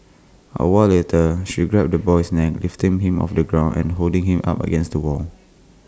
A while later she grabbed the boy's neck lifting him off the ground and holding him up against the wall